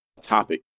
topic